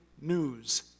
news